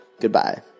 Goodbye